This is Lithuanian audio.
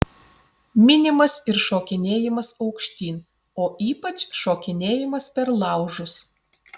minimas ir šokinėjimas aukštyn o ypač šokinėjimas per laužus